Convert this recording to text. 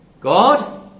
God